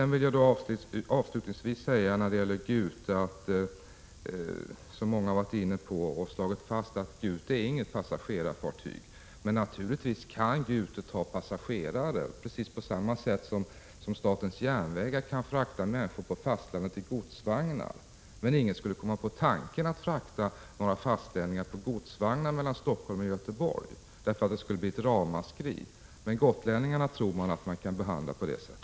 Avslutningsvis vill jag säga när det gäller Gute — det är ju så många som slagit fast att Gute inte är något passagerarfartyg — att naturligtvis kan Gute ta passagerare, precis på samma sätt som statens järnvägar skulle kunna frakta människor på fastlandet i godsvagnar. Men ingen skulle komma på tanken att frakta fastlänningar i godsvagnar mellan Stockholm och Göteborg, för det skulle då bli ett ramaskri. Gotlänningarna tror man emellertid att man kan behandla på det här sättet.